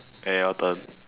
okay your turn